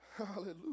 Hallelujah